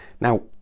Now